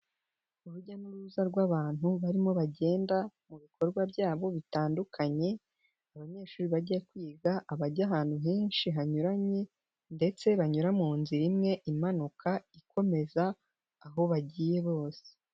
Urujya n'uruza rw'abantu barimo bagenda mu bikorwa byabo bitandukanye, abanyeshuri bajya kwiga, abajya ahantu henshi hanyuranye ndetse banyura mu nzira imwe imanuka, ikomeza aho bagiye bose.